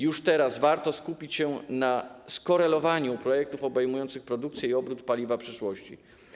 Już teraz warto skupić się na skorelowaniu projektów obejmujących produkcję i obrót paliwa przyszłości.